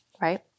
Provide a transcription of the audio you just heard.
right